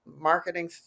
marketing